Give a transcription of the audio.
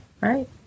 right